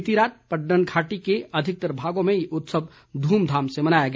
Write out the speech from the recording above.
बीती रात पट्टन घाटी के अधिकतर भागों में ये उत्सव धूमधाम से मनाया गया